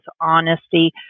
honesty